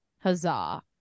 Huzzah